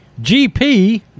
GP